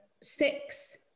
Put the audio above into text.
six